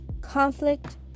conflict